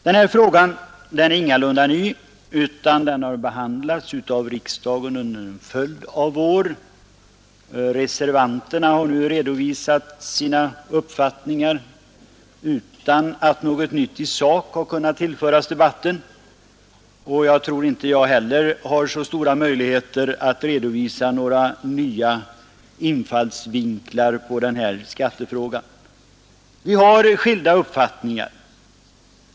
Denna fråga är ingalunda ny utan har behandlats av riksdagen under en följd av år. Reservanterna har nu redovisat sina uppfattningar utan att något nytt i sak har kunnat tillföras debatten, och jag tror inte att jag heller har så stora möjligheter att redovisa några nya infallsvinklar på den här skattefrågan. Vi har skilda uppfattningar.